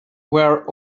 were